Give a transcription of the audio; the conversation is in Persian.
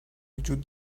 وجود